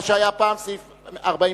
מה שהיה פעם סעיף 42(א),